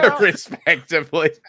Respectively